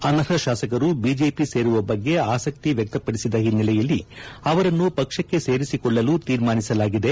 ಅನರ್ಹ ಶಾಸಕರು ಬಿಜೆಪಿ ಸೇರುವ ಬಗ್ಗೆ ಆಸಕ್ತಿ ವ್ಯಕ್ತಪಡಿಸಿದ ಹಿನ್ನೆಲೆಯಲ್ಲಿ ಅವರನ್ನು ಪಕ್ಷಕ್ಕೆ ಸೇರಿಸಿಕೊಳ್ಳಲು ತೀರ್ಮಾನಿಸಲಾಗಿದೆ